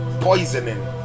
poisoning